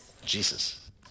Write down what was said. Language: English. Jesus